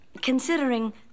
considering